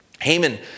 Haman